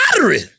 lottery